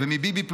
ומביבי,